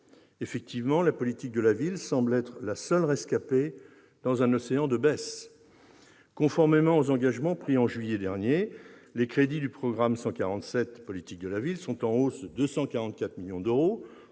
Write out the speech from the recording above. Effectivement, la politique de la ville semble être la seule rescapée dans un océan de baisses. Conformément aux engagements pris en juillet dernier, les crédits du programme 147, « Politique de la ville », sont en hausse de 244 millions d'euros,